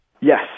Yes